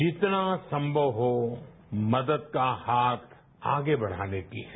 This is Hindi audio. जितना संकट हो मदद का हाथ आर्ण बढ़ाने की है